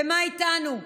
ומה איתנו?